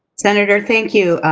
senator, thank you.